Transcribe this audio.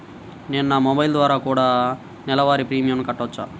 నేను నా మొబైల్ ద్వారా కూడ నెల వారి ప్రీమియంను కట్టావచ్చా?